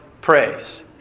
praise